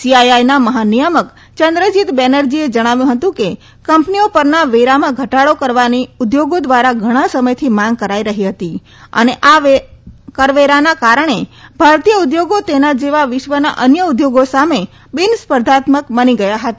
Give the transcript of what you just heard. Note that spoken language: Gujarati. સીઆઈઆઈના મહાનિથામક યંદ્રજીત બેનર્જીએ જણાવ્યું હતું કે કંપનીઓ પરના વેરામાં ઘટાડો કરવાની ઉદ્યોગો ધ્વારા ઘણા સમયથી માંગ કરાઈ રહી હતી અને આ કરવેરાના કારણે ભારતીય ઉદ્યોગો તેના જેવા વિશ્વના અન્ય ઉદ્યોગો સામે બીન સ્પર્ધાત્મક બની ગયા હતા